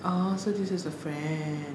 oh so this is the friend